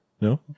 No